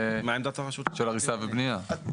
של הריסה ובנייה.